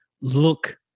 look